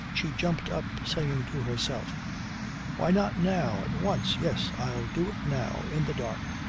she jumped up saying to herself why not now? at once! yes. i'll do it now in the dark!